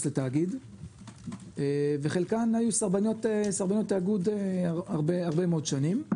לתאגיד וחלקן היו סרבניות תאגיד הרבה מאוד שנים.